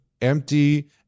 empty